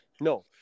no